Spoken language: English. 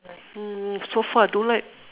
mm so far I don't like